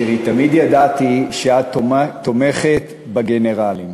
תראי, תמיד ידעתי שאת תומכת בגנרלים,